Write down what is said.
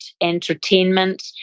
entertainment